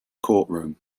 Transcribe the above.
courtroom